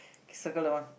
circle that one